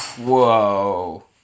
Whoa